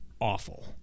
awful